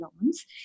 loans